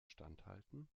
standhalten